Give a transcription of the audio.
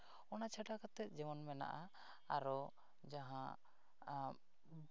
ᱚᱱᱟ ᱪᱷᱟᱰᱟ ᱠᱟᱛᱮᱫ ᱡᱮᱢᱚᱱ ᱢᱮᱱᱟᱜᱼᱟ ᱟᱨᱚ ᱡᱟᱦᱟᱸ